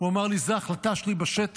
הוא אמר לי: זאת החלטה שלי בשטח.